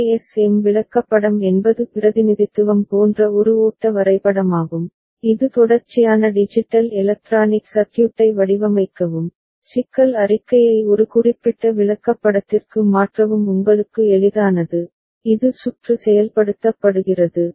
ASM விளக்கப்படம் என்பது பிரதிநிதித்துவம் போன்ற ஒரு ஓட்ட வரைபடமாகும் இது தொடர்ச்சியான டிஜிட்டல் எலக்ட்ரானிக் சர்க்யூட்டை வடிவமைக்கவும் சிக்கல் அறிக்கையை ஒரு குறிப்பிட்ட விளக்கப்படத்திற்கு மாற்றவும் உங்களுக்கு எளிதானது இது சுற்று செயல்படுத்தப்படுகிறது